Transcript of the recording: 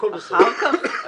הכול בסדר.